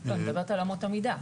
לא, אני מדברת על אמות המידה.